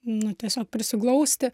nu tiesiog prisiglausti